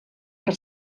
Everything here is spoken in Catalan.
per